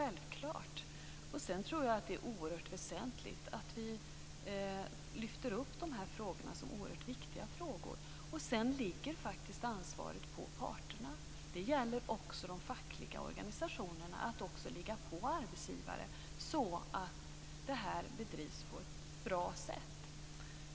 Jag tror också att det är oerhört väsentligt att vi lyfter upp de här frågorna som oerhört viktiga. Sedan ligger faktiskt ansvaret på parterna. Det gäller också för de fackliga organisationerna att ligga på gentemot arbetsgivarna, så att det här arbetet bedrivs på ett bra sätt.